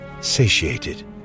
satiated